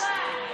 אתה כבר בקריאה,